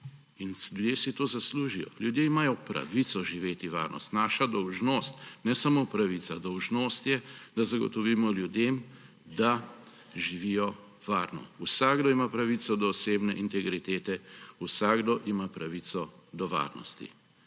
In ljudje si to zaslužijo. Ljudje imajo pravico živeti varno. Naša dolžnost, ne samo pravica, dolžnost je, da zagotovimo ljudem, da živijo varno. Vsakdo ima pravico do osebne integritete, vsakdo ima pravico do varnosti.